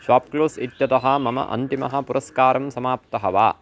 ShopClues इत्यतः मम अन्तिमः पुरस्कारं समाप्तः वा